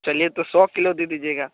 चलिए तो सौ किलो दे दीजिएगा